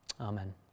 Amen